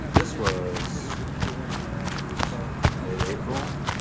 this was hodges mid april.